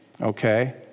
okay